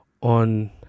on